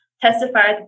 testified